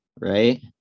right